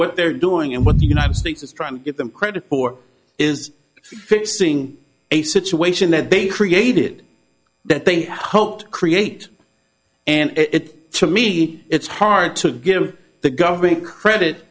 what they're doing and what the united states is trying to get them credit for is fixing a situation that they created that they hope to create and it to me it's hard to give the government credit